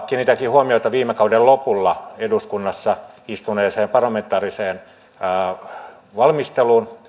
kiinnitänkin huomiota viime kauden lopulla eduskunnassa istuneen parlamentaarisen toimikunnan valmisteluun